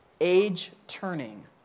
age-turning